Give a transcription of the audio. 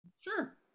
Sure